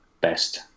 best